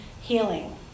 healing